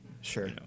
Sure